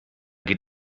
geht